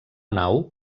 nau